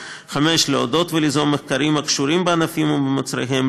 5. לעודד וליזום מחקרים הקשורים לענפים ולמוצריהם,